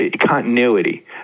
continuity